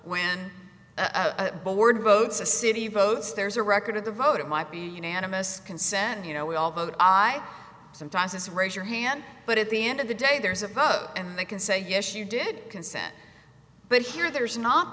when board votes a city votes there's a record of the vote it might be unanimous consent you know we all vote aye sometimes it's raise your hand but at the end of the day there's a vote and they can say yes you did consent but here there is not